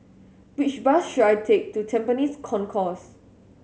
which bus should I take to Tampines Concourse